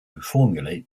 formulate